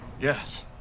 Yes